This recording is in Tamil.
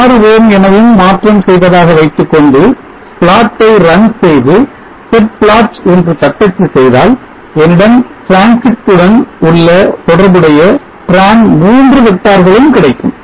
6 ohm எனவும் மாற்றம் செய்வதாக வைத்துக்கொண்டு plot ட்டை 'run' செய்து 'set plot' என்று தட்டச்சு செய்தால் என்னிடம் transit உடன் தொடர்புடைய டிரான் 3 வெக்டார்களும் இருக்கும்